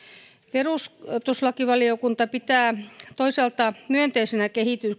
perustuslakivaliokunta pitää toisaalta myönteisenä